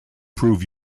prove